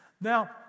Now